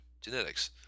Genetics